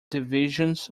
divisions